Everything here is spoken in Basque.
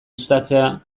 uztatzea